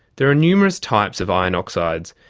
there are numerous types of iron oxides,